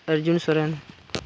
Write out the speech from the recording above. Raju Soren